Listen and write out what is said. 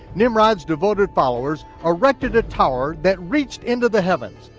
nimrod's devoted followers erected a tower that reached into the heavens,